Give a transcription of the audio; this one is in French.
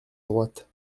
droite